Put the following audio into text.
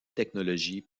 technologie